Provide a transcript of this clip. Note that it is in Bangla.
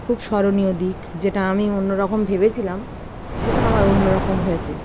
খুব স্মরণীয় দিক যেটা আমি অন্য রকম ভেবেছিলাম সেটা আমার অন্য রকম হয়েছে